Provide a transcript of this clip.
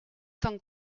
cent